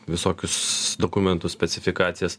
visokius dokumentus specifikacijas